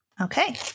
Okay